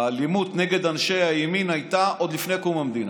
האלימות נגד אנשי הימין הייתה עוד לפני קום המדינה.